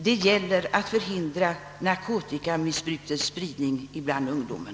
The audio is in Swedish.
Det gäller att förhindra narkotikamissbrukets spridning bland ungdomen.